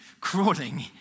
crawling